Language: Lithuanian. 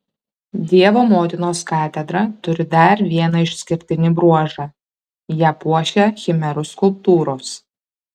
dievo motinos katedra turi dar vieną išskirtinį bruožą ją puošia chimerų skulptūros